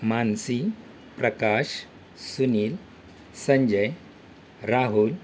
Mansi Prakash Sunil Sanjay Rahul